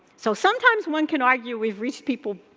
so, sometimes one can argue we've reached people,